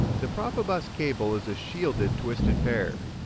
the profibus cable is a shielded twisted pair.